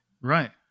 Right